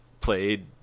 played